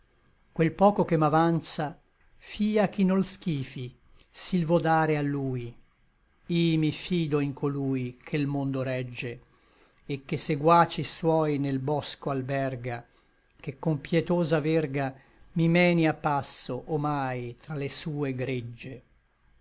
quel poco che m'avanza fia chi nol schifi s'i l vo dare a lui i mi fido in colui che l mondo regge et che seguaci suoi nel boscho alberga che con pietosa verga mi meni a passo omai tra le sue gregge